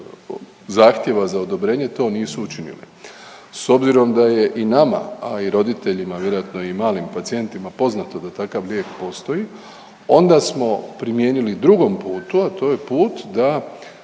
zahtjeva za odobrenje to nisu učinili. S obzirom da je i nama, a i roditeljima vjerojatno i malim pacijentima poznato da takav lijek postoji onda smo primijenili drugom putu, a to je put da